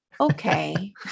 Okay